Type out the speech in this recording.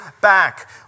back